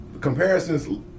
comparisons